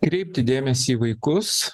kreipti dėmesį į vaikus